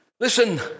Listen